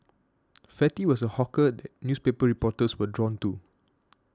fatty was a hawker that newspaper reporters were drawn to